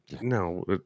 no